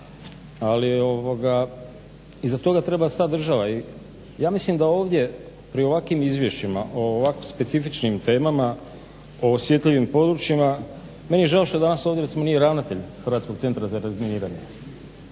ali iza toga treba stati država. I ja mislim da ovdje pri ovakvim izvješćima o ovako specifičnim temama o osjetljivim područjima meni je žao što danas ovdje recimo nije ravnatelj Hrvatskog centra za razminiranje.